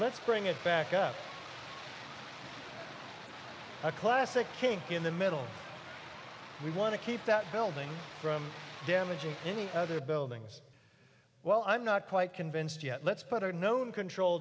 let's bring it back up a classic kink in the middle we want to keep that building from damaging any other buildings well i'm not quite convinced yet let's put our known control